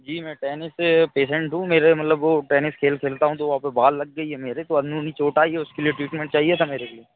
जी मैं टेनिस से पेशेंट हूँ मेरे मतलब वह मैं टेनिस खेल खेलता हूँ तो वहाँ पर बॉल लग गई है मेरे तो अंदुरुनी चोट आई है उसके लिए ट्रीटमेंट चाहिए था मेरे लिए